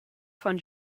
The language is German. von